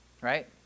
right